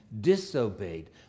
disobeyed